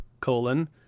colon